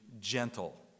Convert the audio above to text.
gentle